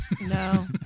No